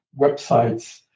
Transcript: websites